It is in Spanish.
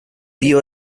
vio